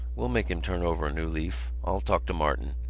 we'll make him turn over a new leaf. i'll talk to martin.